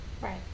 Right